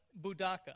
Budaka